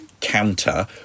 counter